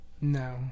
No